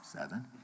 seven